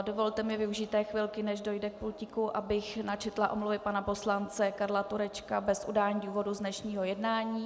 Dovolte mi využít té chvilky, než dojde k pultíku, abych načetla omluvy pana poslance Karla Turečka bez udání důvodu z dnešního jednání.